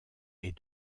est